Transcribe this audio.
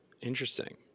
Interesting